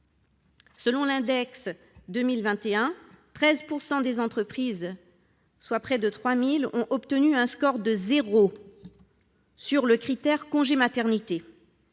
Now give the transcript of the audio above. Selon l’index 2021, 13 % des entreprises, soit près de 3 000 d’entre elles, ont obtenu un score de zéro sur le critère congé maternité.